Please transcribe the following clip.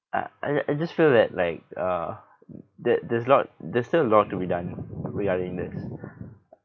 I I I just feel that like uh there there's a lot there's still a lot to be done regarding this